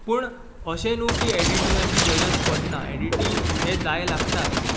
पूण अशें न्हू की एडिटींगाची गरज पडना एडिटींग हें जाय लागताच